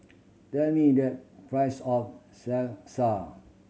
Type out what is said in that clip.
tell me the price of Salsa